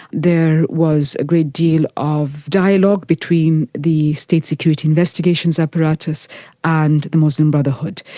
there was a great deal of dialogue between the state security investigations apparatus and the muslim brotherhood.